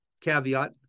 Caveat